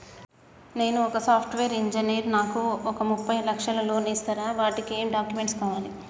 నేను ఒక software engineer నాకు ఒక ముప్పై లక్షల లోన్ ఇస్తరా? వాటికి ఏం డాక్యుమెంట్స్ కావాలి?